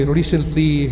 recently